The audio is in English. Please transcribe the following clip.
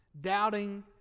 Doubting